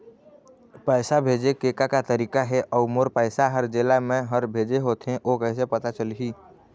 पैसा भेजे के का का तरीका हे अऊ मोर पैसा हर जेला मैं हर भेजे होथे ओ कैसे पता चलही?